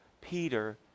Peter